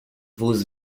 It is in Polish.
wóz